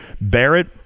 Barrett